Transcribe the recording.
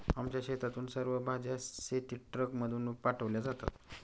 आमच्या शेतातून सर्व भाज्या शेतीट्रकमधून पाठवल्या जातात